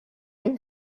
you